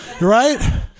right